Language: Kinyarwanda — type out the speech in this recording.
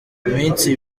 iminsi